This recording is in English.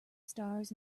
stars